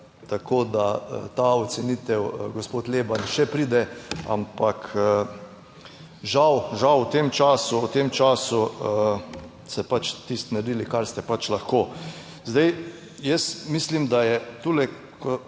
Tako da ta ocenitev, gospod Leban, še pride, ampak žal v tem času ste pač tisti naredili, kar ste pač lahko. Zdaj jaz mislim, da je tule